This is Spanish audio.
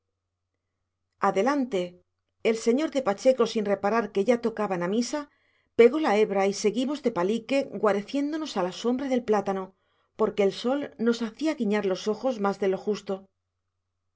adelante el señor de pacheco sin reparar que ya tocaban a misa pegó la hebra y seguimos de palique guareciéndonos a la sombra del plátano porque el sol nos hacía guiñar los ojos más de lo justo